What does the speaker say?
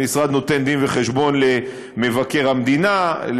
המשרד נותן דין וחשבון למבקר המדינה,